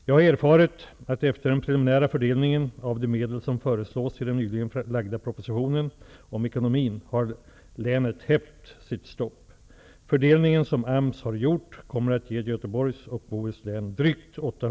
Jag har erfarit att efter den preliminära fördelningen av de medel som föreslås i den nyligen framlagda propositionen om ekonomin, har länet hävt sitt stopp. Fördelningen, som AMS gjort, kommer att ge Göteborgs och